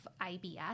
IBS